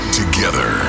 together